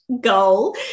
goal